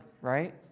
right